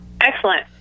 Excellent